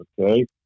Okay